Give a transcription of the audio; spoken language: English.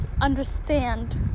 Understand